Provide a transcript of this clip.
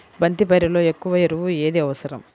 బంతి పైరులో ఎక్కువ ఎరువు ఏది అవసరం?